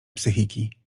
psychiki